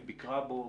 ביקרה בו.